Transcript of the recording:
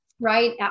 right